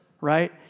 right